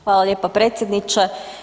Hvala lijepa, predsjedniče.